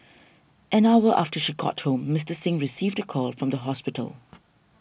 an hour after she got home Mister Singh received a call from the hospital